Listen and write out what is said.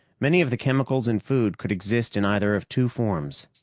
many of the chemicals in food could exist in either of two forms,